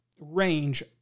range